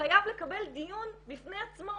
חייב לקבל דיון בפני עצמו